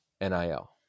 NIL